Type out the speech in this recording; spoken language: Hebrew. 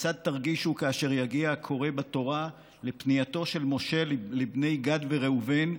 כיצד תרגישו כאשר יגיע הקורא בתורה לפנייתו של משה לבני גד וראובן: